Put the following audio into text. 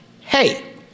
Hey